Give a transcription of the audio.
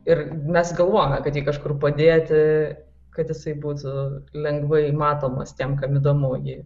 ir mes galvojome kad jį kažkur padėti kad jisai būtų lengvai matomas tiem kam įdomu jį